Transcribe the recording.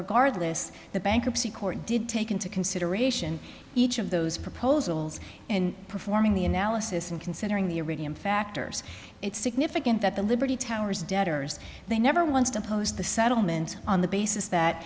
regardless the bankruptcy court did take into consideration each of those proposals in performing the analysis and considering the arabian factors it's significant that the liberty towers debtor's they never wants to post the settlement on the basis that